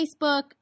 Facebook